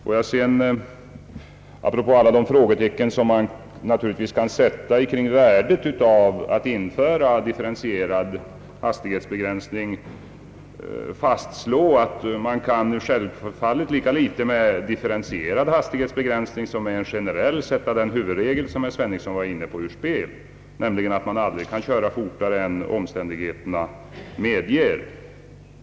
Låt mig därefter med anledning av alla de frågetecken som naturligtvis kan sättas inför värdet av att införa en «differentierad <hastighetsbegränsning fastslå, att man självfallet lika litet med differentierad hastighetsbegränsning som med en generell kan sätta ur spel den huvudregel som herr Sveningsson berörde, nämligen att man aldrig skall köra snabbare än omständigheterna medger.